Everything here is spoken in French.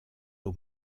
aux